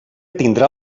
tindrà